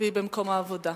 והיא במקום העבודה.